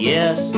Yes